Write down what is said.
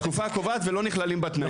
בתקופה הקובעת ולא נכללים בתנאים.